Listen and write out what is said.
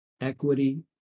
equity